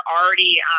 already